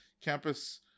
campus